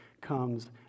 comes